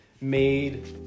made